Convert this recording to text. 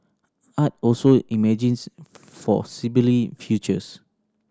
art also imagines for futures